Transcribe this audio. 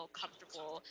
comfortable